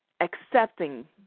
accepting